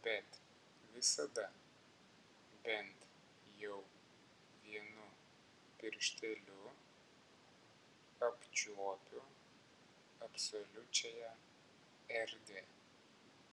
bet visada bent jau vienu piršteliu apčiuopiu absoliučiąją erdvę